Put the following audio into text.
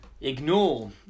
Ignore